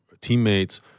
teammates